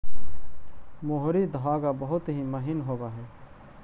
मोहरी धागा बहुत ही महीन होवऽ हई